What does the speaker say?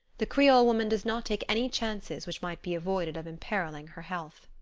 the creole woman does not take any chances which may be avoided of imperiling her health.